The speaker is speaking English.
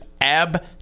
ab